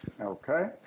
Okay